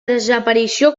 desaparició